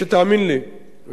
ותוכל לבדוק בעצמך: